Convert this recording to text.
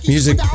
Music